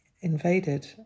invaded